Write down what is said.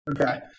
okay